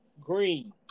green